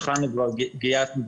התחלנו כבר, גייסנו.